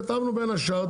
כתבנו בין השאר,